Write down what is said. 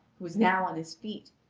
who was now on his feet,